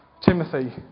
Timothy